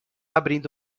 abrindo